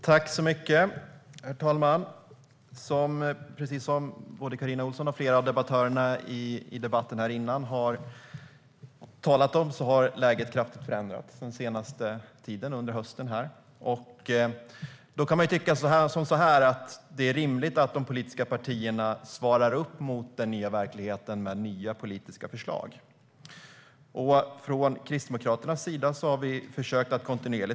Herr talman! Precis som både Carina Ohlsson och flera av debattörerna före mig har talat om har läget kraftigt förändrats under hösten och den senaste tiden. Då kan man tycka att det är rimligt att de politiska partierna svarar upp mot den nya verkligheten med nya politiska förslag. Vi kristdemokrater har kontinuerligt försökt göra detta.